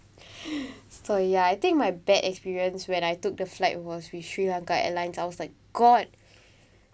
so ya I think my bad experience when I took the flight was with sri lanka airlines I was like god